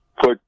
put